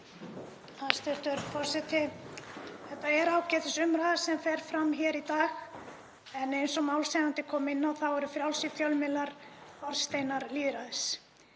forseti. Þetta er ágætisumræða sem fer fram hér í dag en eins og málshefjandi kom inn á þá eru frjálsir fjölmiðlar hornsteinar lýðræðis.